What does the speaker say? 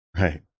right